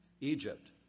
Egypt